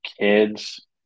kids